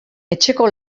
etxeko